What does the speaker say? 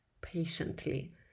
patiently